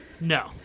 no